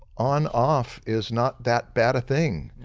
on off is not that bad a thing.